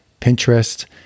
Pinterest